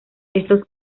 estos